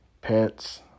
pets